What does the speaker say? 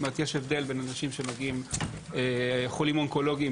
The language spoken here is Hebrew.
יש הבדל בין חולים אונקולוגים,